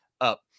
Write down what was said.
up